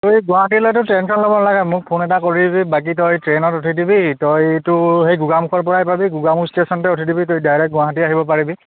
তই গুৱাহাটীলৈ তোৰ টেনচন ল'ব নালাগে মোক ফোন এটা দিবি বাকী তই ট্ৰেইনত উঠি দিবি তইতো সেই গোগামুখৰ পৰাই পাবি গোগামুখ ষ্টেচনতে উঠি দিবি তই ডাইৰেক্ট গুৱাহাটী আহিব পাৰিবি